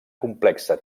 complexa